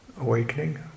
awakening